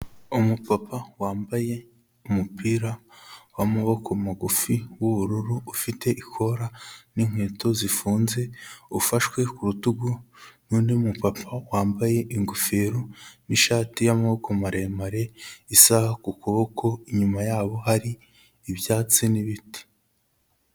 Umupapa wambaye umupira w'amaboko magufi w'ubururu ufite ikora n'inkweto zifunze ufashwe ku rutugu n'undi mu papa wambaye ingofero, ishati y'amaboko maremare, isaha ku kuboko inyuma yabo hari ibyatsi n'ibiti.